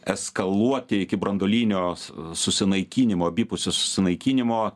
eskaluoti iki branduolinio susinaikinimo abipusio susinaikinimo